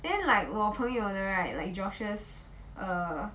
then like 我朋友的 right like josh's err